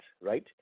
right